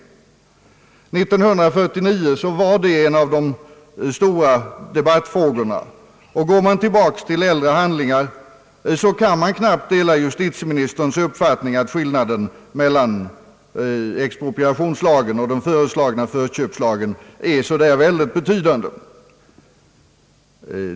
1949 var det en av de stora debattfrågorna, och sår man tillbaka till äldre handlingar, kan man knappt dela justitieministerns uppfattning att skillnaden mellan expropriationslagen och den föreslagna förköpslagen är så oerhört betydande.